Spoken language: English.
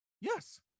Yes